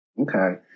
Okay